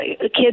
kids